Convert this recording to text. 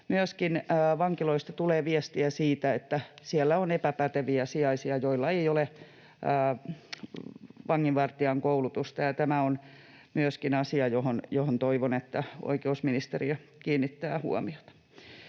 myöskin tulee viestiä siitä, että siellä on epäpäteviä sijaisia, joilla ei ole vanginvartijan koulutusta. Myöskin tähän asiaan toivon oikeusministeriön kiinnittävän huomiota.